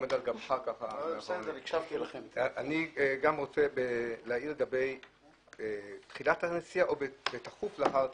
אני רוצה להעיר לגבי "בתחילת הנסיעה או בתכוף לאחר תחילתה".